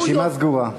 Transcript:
הרשימה סגורה.